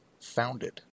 founded